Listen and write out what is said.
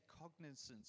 cognizance